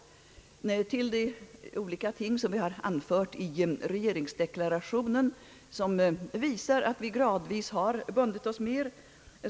Till de olika ting som vi anfört i regeringsdeklarationen och vilka visar att vi gradvis har bundit oss mer och mer Ang.